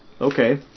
Okay